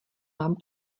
mám